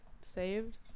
saved